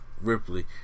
Ripley